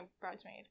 bridesmaid